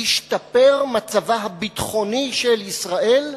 ישתפר מצבה הביטחוני של ישראל,